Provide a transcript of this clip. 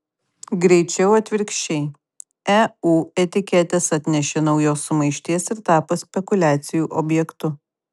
greičiau atvirkščiai eu etiketės atnešė naujos sumaišties ir tapo spekuliacijų objektu